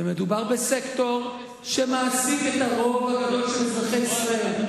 ומדובר בסקטור שמעסיק את הרוב הגדול של אזרחי ישראל.